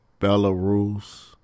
Belarus